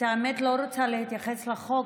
לא רוצה להתייחס לחוק,